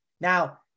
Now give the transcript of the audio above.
Now